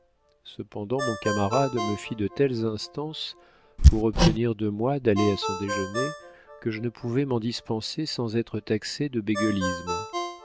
cependant mon camarade me fit de telles instances pour obtenir de moi d'aller à son déjeuner que je ne pouvais m'en dispenser sans être taxé de bégueulisme